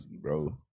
bro